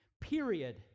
Period